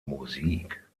musik